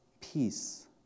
Peace